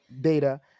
data